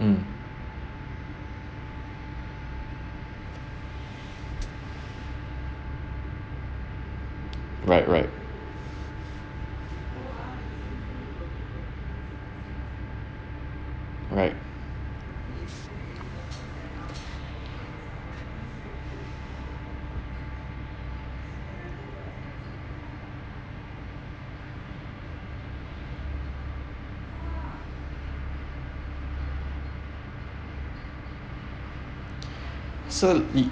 mm mm right right right so it